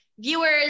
viewers